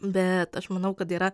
bet aš manau kad yra